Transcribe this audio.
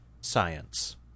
Science